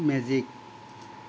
magic